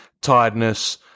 tiredness